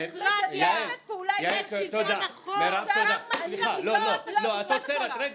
אני לא יכולה לשמוע שוב פשיזם.